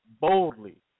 boldly